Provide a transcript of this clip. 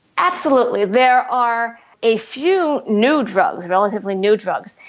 absolutely. there are a few new drugs, relatively new drugs,